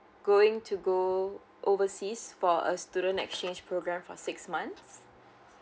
going to go overseas for a student exchange program for six months